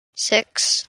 six